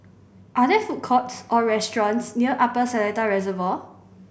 are there food courts or restaurants near Upper Seletar Reservoir